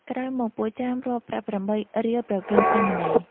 ក្រោយមក ពួកចាមរាប់ប្រាក់ ៨ រៀលប្រគេនសាមណេរ។